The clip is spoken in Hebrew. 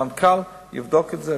המנכ"ל יבדוק את זה,